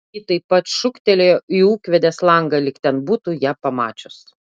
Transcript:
ji taip pat šūktelėjo į ūkvedės langą lyg ten būtų ją pamačius